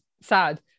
sad